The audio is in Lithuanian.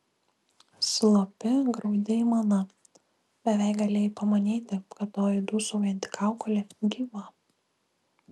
slopi graudi aimana beveik galėjai pamanyti kad toji dūsaujanti kaukolė gyva